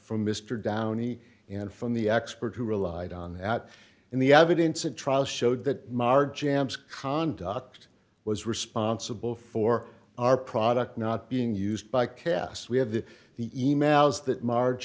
from mr downey and from the expert who relied on that and the evidence at trial showed that mar jams conduct was responsible for our product not being used by cas we have the the e mails that marge